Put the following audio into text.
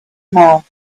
mouth